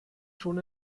schon